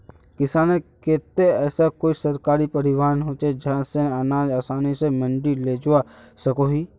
किसानेर केते ऐसा कोई सरकारी परिवहन होचे जहा से अनाज आसानी से मंडी लेजवा सकोहो ही?